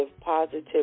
positive